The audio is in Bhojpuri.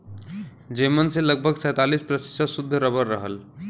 जेमन से लगभग सैंतालीस प्रतिशत सुद्ध रबर रहल